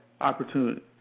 opportunity